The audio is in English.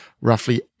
roughly